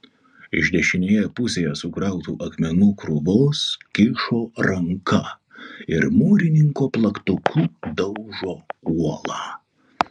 iš dešinėje pusėje sukrautų akmenų krūvos kyšo ranka ir mūrininko plaktuku daužo uolą